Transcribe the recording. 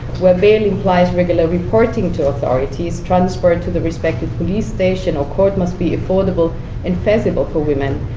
what barely implies regular reporting to authorities, transferred to the respective police station or court must be affordable and feasible for women,